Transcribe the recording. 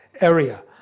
area